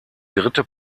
dritte